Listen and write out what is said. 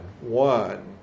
one